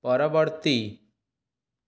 ପରବର୍ତ୍ତୀ